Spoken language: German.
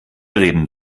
reden